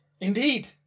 Indeed